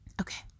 Okay